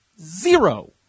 Zero